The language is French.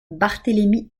barthélemy